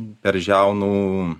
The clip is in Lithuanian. per žiaunų